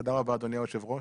תודה רבה, אדוני היושב ראש.